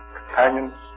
companions